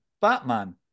Batman